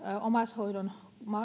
omaishoidon